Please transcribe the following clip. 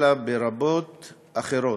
אלא ברבות אחרות.